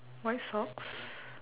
white socks